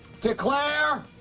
declare